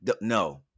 no